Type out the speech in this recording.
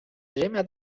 ziemia